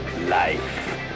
life